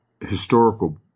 historical